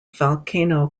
volcano